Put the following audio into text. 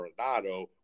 Arenado